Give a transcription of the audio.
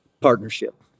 Partnership